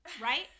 right